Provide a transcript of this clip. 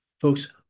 Folks